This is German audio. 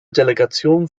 delegation